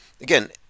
Again